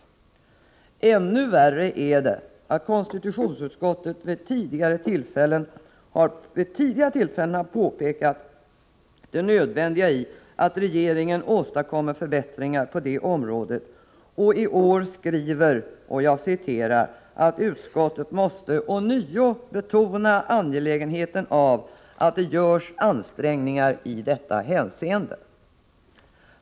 Ännu värre är det att konstitutionsutskottet vid tidigare tillfällen har påpekat det nödvändiga i att regeringen åstadkommer förbättringar på det området. Och i år heter det, att utskottet ”måste nu ånyo betona angelägenheten av att det görs ansträngningar i detta hänseende”.